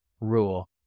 rule